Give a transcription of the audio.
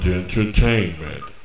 entertainment